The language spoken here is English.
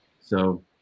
So-